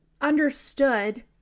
understood